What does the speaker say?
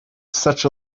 such